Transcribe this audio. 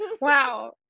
Wow